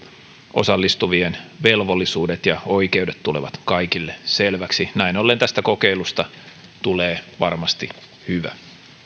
osallistuvien velvollisuudet ja oikeudet tulevat kaikille selväksi näin ollen tästä kokeilusta tulee varmasti hyvä